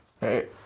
Hey